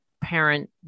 parent